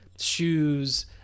shoes